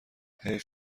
حیف